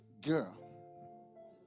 girl